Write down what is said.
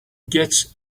gets